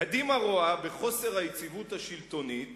"קדימה רואה בחוסר היציבות השלטונית"